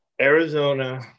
Arizona